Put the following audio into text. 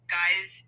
guys